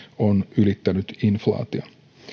on ylittänyt inflaation